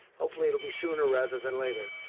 hopefully it will be sooner rather than later.